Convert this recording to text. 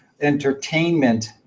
entertainment